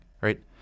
right